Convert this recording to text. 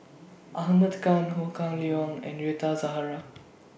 Ahmad Khan Ho Kah Leong and Rita Zahara